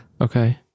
okay